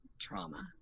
trauma